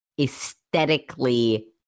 aesthetically